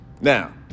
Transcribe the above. Now